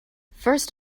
first